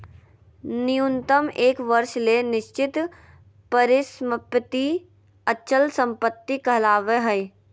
न्यूनतम एक वर्ष ले निश्चित परिसम्पत्ति अचल संपत्ति कहलावय हय